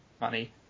money